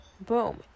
Boom